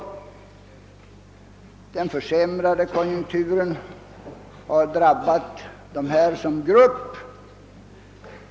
Konjunkturförsämringen har drabbat jordbrukarna som grupp.